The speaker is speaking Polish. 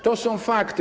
To są fakty.